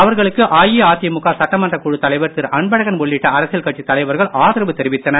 அவர்களுக்கு அதிமுக சட்டமன்ற குழு தலைவர் திரு அன்பழகன் உள்ளிட்ட அரசியல் கட்சி தலைவர்கள் ஆதரவு தெரிவித்தனர்